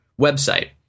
website